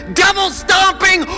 devil-stomping